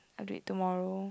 I do it tomorrow